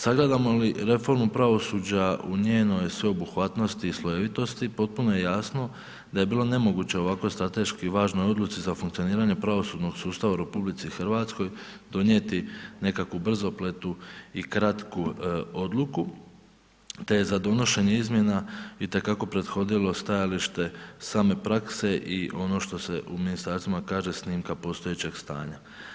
Sagledamo li reformu pravosuđa u njenoj sveobuhvatnosti i slojevitosti, potpuno je jasno da je bilo nemoguće ovako strateški važnoj odluci za funkcioniranje pravosudnog sustava u RH donijeti nekakvu brzopletu i kratku odluku te je za donošenje izmjena itekako prethodilo stajalište same prakse i ono što se u ministarstvima kaže, snimka postojećeg stanja.